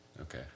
Okay